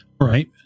right